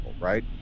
right